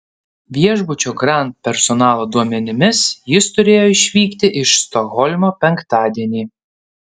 viešbučio grand personalo duomenimis jis turėjo išvykti iš stokholmo penktadienį